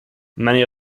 many